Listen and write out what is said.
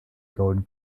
golden